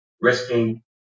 risking